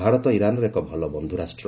ଭାରତ ଇରାନ୍ର ଏକ ଭଲ ବନ୍ଧୁ ରାଷ୍ଟ୍ର